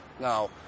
Now